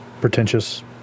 pretentious